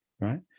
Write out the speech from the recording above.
right